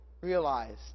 realized